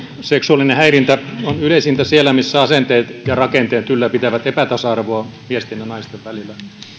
seksuaalinen häirintä on yleisintä siellä missä asenteet ja rakenteet ylläpitävät epätasa arvoa miesten ja naisten välillä